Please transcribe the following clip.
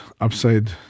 upside